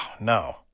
no